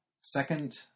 second